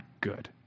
good